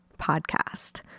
podcast